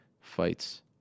fights